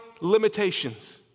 limitations